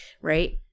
right